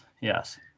yes